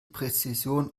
präzision